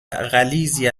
غلیظی